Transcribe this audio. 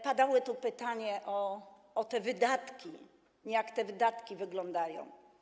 Padały tu pytania o wydatki, jak te wydatki wyglądają.